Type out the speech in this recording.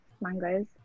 mangoes